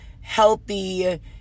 healthy